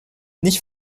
nicht